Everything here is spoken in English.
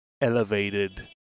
elevated